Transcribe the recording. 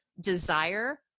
desire